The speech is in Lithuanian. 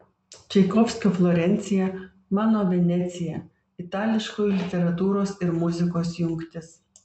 čaikovskio florencija mano venecija itališkoji literatūros ir muzikos jungtis